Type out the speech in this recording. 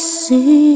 see